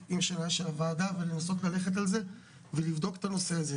של הוועדה ולנסות ללכת על זה ולבדוק את הנושא הזה.